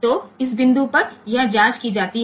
तो इस बिंदु पर यह जाँच की जाती है